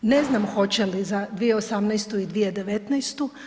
Ne znam hoće li za 2018. i 2019.